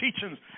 teachings